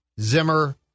Zimmer